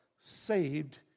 Saved